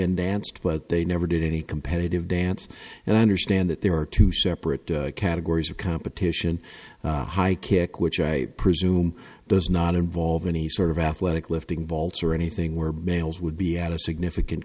and danced but they never did any competitive dance and i understand that there are two separate categories of competition high kick which i presume does not involve any sort of athletic lifting vaults or anything where males would be at a significant